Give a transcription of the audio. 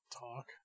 talk